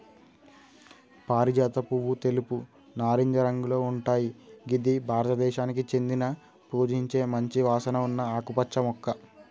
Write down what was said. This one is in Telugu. పారిజాత పువ్వు తెలుపు, నారింజ రంగులో ఉంటయ్ గిది భారతదేశానికి చెందిన పూజించే మంచి వాసన ఉన్న ఆకుపచ్చ మొక్క